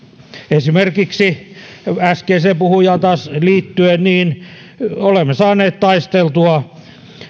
esimerkiksi taas äskeiseen puhujaan liittyen olemme saaneet taisteltua